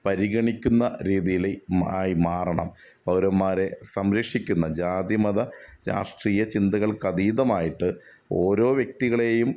പരിഗണിക്കുന്ന രീതിയില് ആയിമാറണം പൗരന്മാരെ സംരക്ഷിക്കുന്ന ജാതി മത രാഷ്ട്രീയ ചിന്തകൾക്ക് അധീതമായിട്ട് ഓരോ വ്യക്തികളെയും